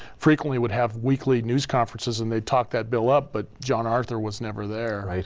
frequently would have weekly news conferences and they'd talk that bill up, but john arthur was never there.